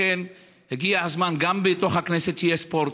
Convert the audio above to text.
לכן, הגיע הזמן, גם בתוך הכנסת, שיהיה ספורט.